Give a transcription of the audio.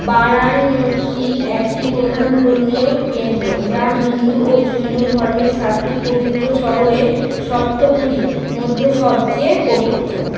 বারাণসী একটি প্রধান ধর্মীয় কেন্দ্র যা হিন্দু ও জৈন ধর্মের সাতটি পবিত্র শহরের সপ্তপুরী মধ্যে সবচেয়ে পবিত্র